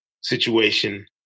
situation